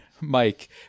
Mike